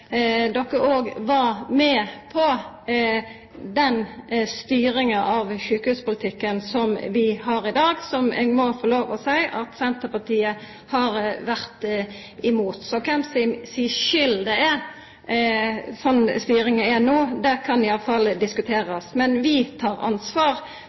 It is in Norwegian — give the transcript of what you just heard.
De òg var med på den styringa av sjukehuspolitikken som vi har i dag, som eg må få lov å seia at Senterpartiet har vore imot. Så kven si skyld det er at styringa er sånn ho er no, kan iallfall diskuterast. Men vi tek ansvar for det